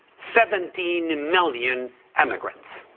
seventeen million emigrants,